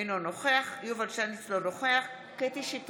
אינו נוכח יובל שטייניץ,